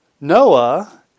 Noah